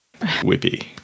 whippy